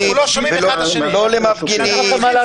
לא למפגינים,